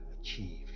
achieve